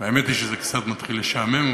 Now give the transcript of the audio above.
האמת היא שזה קצת מתחיל לשעמם,